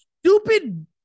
Stupid